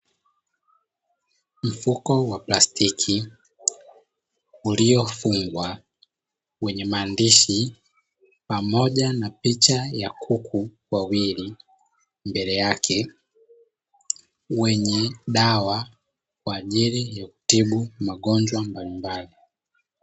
Mfuko wa plastiki uliofungwa wenye maandishi pamoja na picha ya kuku wawili mbele yake wenye dawa kwajili ya kutibu magonjwa mbalimbali.